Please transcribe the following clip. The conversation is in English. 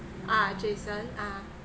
ah jason ah